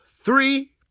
three